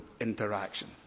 interaction